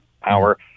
power